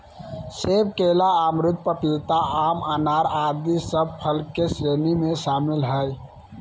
सेब, केला, अमरूद, पपीता, आम, अनार आदि सब फल के श्रेणी में शामिल हय